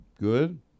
Good